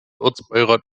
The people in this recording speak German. ortsbeirat